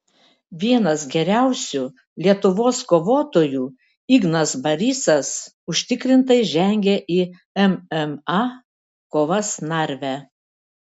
vienas geriausių lietuvos kovotojų ignas barysas užtikrintai žengė į mma kovas narve